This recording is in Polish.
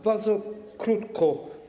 Bardzo krótko.